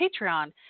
Patreon